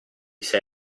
sei